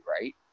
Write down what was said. right